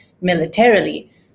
militarily